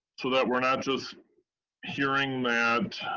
so that we're not just hearing that